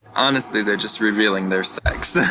honestly, they're just revealing their sex.